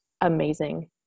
amazing